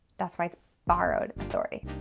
that's why it's borrowed authority.